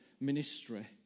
ministry